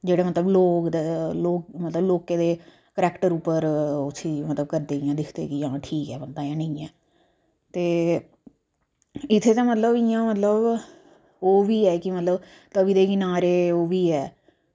बड़े होंदे लोक ते मतलब लोक ते करैक्टर उप्पर दिक्खदे की आं ठीक ऐ बंदा जां नेईं ऐ ते इत्थें ते मतलब इंया ते मतलब नेईं ऐ ओह्बी ऐ की मतलब त'वी दे किनारे ओह्बी ऐ